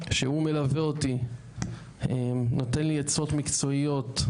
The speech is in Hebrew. שהוא מלווה אותי, נותן לי עצות מקצועיות,